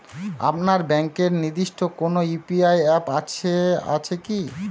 আপনার ব্যাংকের নির্দিষ্ট কোনো ইউ.পি.আই অ্যাপ আছে আছে কি?